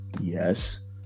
yes